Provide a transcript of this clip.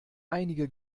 einige